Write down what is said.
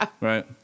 right